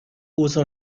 usa